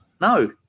No